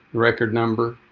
record number,